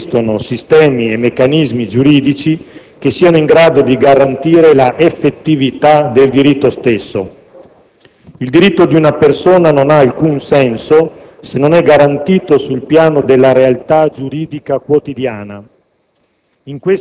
se non esistono sistemi e meccanismi giuridici in grado di garantire l'effettività del diritto stesso. Il diritto di una persona non ha alcun senso se non è garantito sul piano della realtà giuridica quotidiana.